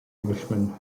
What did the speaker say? englishman